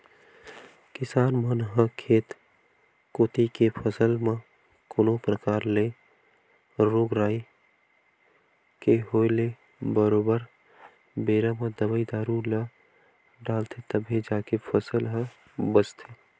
किसान मन ह खेत कोती के फसल म कोनो परकार ले रोग राई के होय ले बरोबर बेरा म दवई दारू ल डालथे तभे जाके फसल ह बचथे